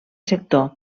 sector